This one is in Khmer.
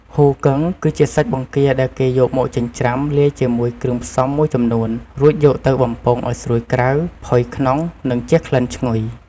ហ៊ូគឹង គឺជាសាច់បង្គាដែលគេយកមកចិញ្ច្រាំលាយជាមួយគ្រឿងផ្សំមួយចំនួន រួចយកទៅបំពងឱ្យស្រួយក្រៅ ផុយក្នុង និងជះក្លិនឈ្ងុយ។